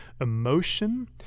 emotion